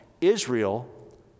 Israel